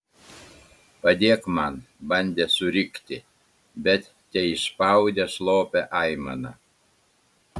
padėk man bandė surikti bet teišspaudė slopią aimaną